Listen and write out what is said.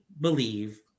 believe